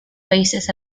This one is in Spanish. países